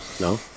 no